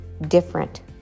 different